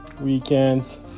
weekends